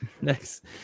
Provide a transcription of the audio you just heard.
next